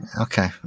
Okay